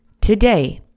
today